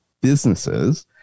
businesses